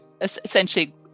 essentially